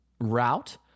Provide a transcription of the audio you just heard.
route